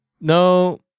no